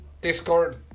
Discord